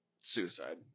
Suicide